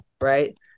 right